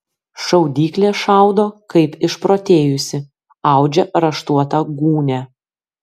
šaudyklė šaudo kaip išprotėjusi audžia raštuotą gūnią